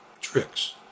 Tricks